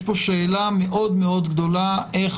יש כאן שאלה מאוד מאוד גדולה איך